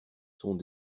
sont